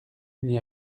n’y